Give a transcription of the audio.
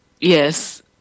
Yes